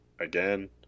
again